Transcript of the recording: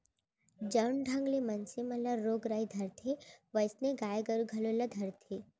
जउन ढंग ले मनसे मन ल रोग राई धरथे वोइसनहे गाय गरू घलौ ल धरथे